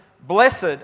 blessed